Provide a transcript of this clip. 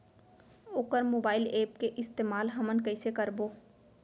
वोकर mobile app के इस्तेमाल हमन कइसे करबो?